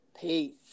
Peace